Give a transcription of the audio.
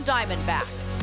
Diamondbacks